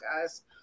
guys